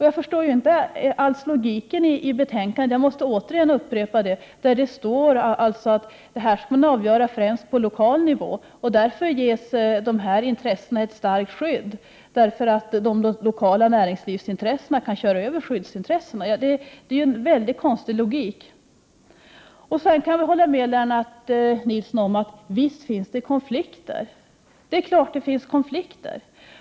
Jag förstår inte alls — jag måste upprepa det logiken i betänkandet, där det står att det är främst på lokal nivå som avvägningarna skall göras, att skyddsintressena därför ges ett starkt skydd på grund av att de lokala näringslivsintressena annars kan köra över skyddsintressena. Det är ju en väldigt konstig logik. Sedan kan jag hålla med Lennart Nilsson om att visst finns det konflikter. 19 Prot. 1988/89:117 Det är klart att det finns konflikter!